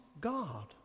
God